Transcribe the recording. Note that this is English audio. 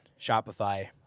Shopify